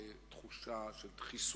"ארצי, ארצי", "הו ארצי